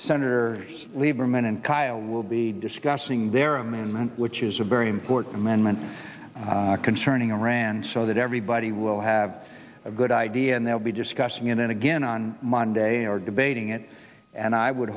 senator lieberman and kyl will be discussing their amendment which is a very important management concerning iran so that everybody will have a good idea and they'll be discussing it in again on monday or debating it and i would